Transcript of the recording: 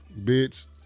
bitch